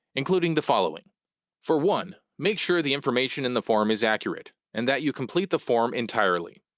including the following for one, make sure the information in the form is accurate and that you complete the form entirely.